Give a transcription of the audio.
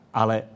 ale